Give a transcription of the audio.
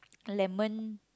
lemon